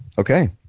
Okay